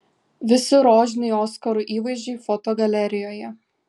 visi rožiniai oskarų įvaizdžiai fotogalerijoje